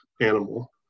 animal